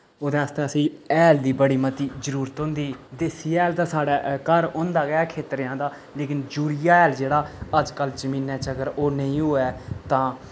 ओह्दे आस्तै असें हैल दी बड़ी मती जरुरत होंदी देसी हैल ते साढ़े घर होंदा गै खेत्तरेआं दा लेकिन जूरिया हैल जेह्ड़ा अजकल जमीनै च अगर ओह् नेईं होऐ तां